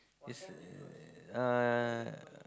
it's uh